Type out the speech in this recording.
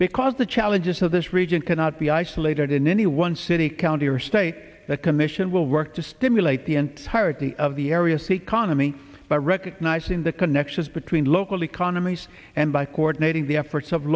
because the challenges of this region cannot be isolated in any one city county or state the commission will work to stimulate the entirety of the area's economy by recognizing the connections between local economies and by coordinating the efforts of